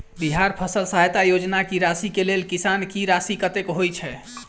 बिहार फसल सहायता योजना की राशि केँ लेल किसान की राशि कतेक होए छै?